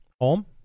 Home